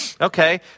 okay